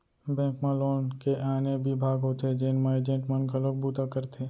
bank म loan के आने बिभाग होथे जेन म एजेंट मन घलोक बूता करथे